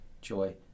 joy